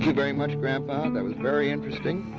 and very much, grandpa, that was very interesting.